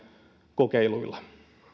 kokeiluilla